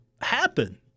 happen